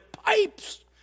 pipes